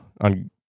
on